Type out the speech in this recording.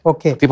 Okay